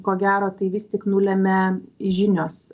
ko gero tai vis tik nulemia žinios